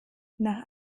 nach